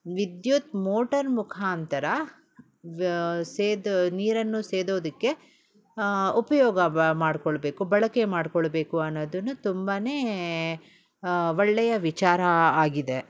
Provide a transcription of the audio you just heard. ವಿದ್ಯುತ್ ಮೋಟರ್ ಮುಖಾಂತರ ಸೇದಿ ನೀರನ್ನು ಸೇದೋದಕ್ಕೆ ಉಪಯೋಗ ಮಾಡಿಕೊಳ್ಬೇಕು ಬಳಕೆ ಮಾಡಿಕೊಳ್ಬೇಕು ಅನ್ನೊದು ತುಂಬಾ ಒಳ್ಳೆಯ ವಿಚಾರ ಆಗಿದೆ